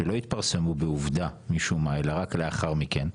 שלא התפרסמו בעובדה משום מה אלא רק לאחר מכן,